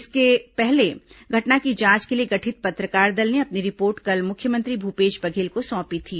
इससे पहले घटना की जांच के लिए गठित पत्रकार दल ने अपनी रिपोर्ट कल मुख्यमंत्री भूपेश बघेल को सोंपी थी